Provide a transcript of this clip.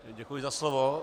Děkuji za slovo.